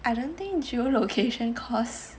I don't think geo location costs